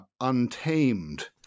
untamed